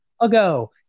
ago